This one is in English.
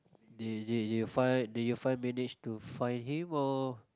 they they they find they managed to find him or